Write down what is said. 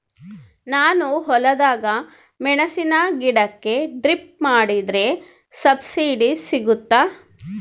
ನಾನು ಹೊಲದಾಗ ಮೆಣಸಿನ ಗಿಡಕ್ಕೆ ಡ್ರಿಪ್ ಮಾಡಿದ್ರೆ ಸಬ್ಸಿಡಿ ಸಿಗುತ್ತಾ?